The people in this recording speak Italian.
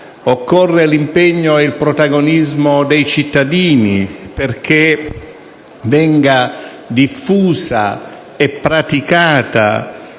occorre l'impegno e il protagonismo dei cittadini, perché venga diffusa e praticata